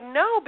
no